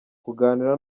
kuganira